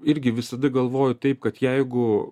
irgi visada galvoju taip kad jeigu